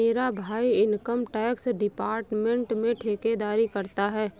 मेरा भाई income tax department में ठेकेदारी करता है